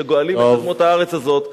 שגואלים את אדמות הארץ הזאת.